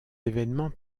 événement